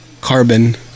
Carbon